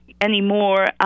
anymore